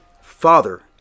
Father